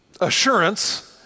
assurance